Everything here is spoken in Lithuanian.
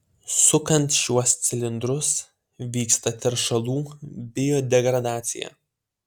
sukant šiuos cilindrus vyksta teršalų biodegradacija